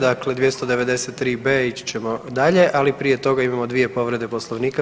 Dakle, 293b. ići ćemo dalje, ali prije toga imamo 2 povrede Poslovnika.